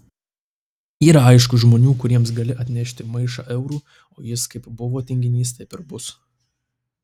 yra aišku žmonių kuriems gali atnešti maišą eurų o jis kaip buvo tinginys taip ir bus